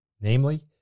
namely